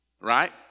right